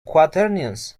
quaternions